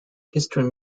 history